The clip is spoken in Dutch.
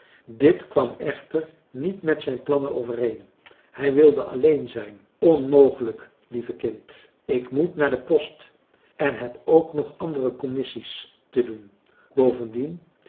dit kwam echter niet met zijn plannen overeen hij wilde alleen zijn onmogelijk lieve kind ik moet naar de post en heb ook nog andere commissie's te doen bovendien